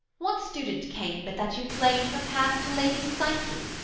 what student came but that you planed her path to lady psyche,